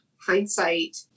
Hindsight